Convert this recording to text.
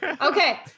Okay